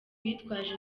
bitwaje